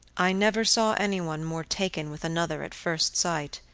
i never saw anyone more taken with another at first sight,